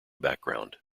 background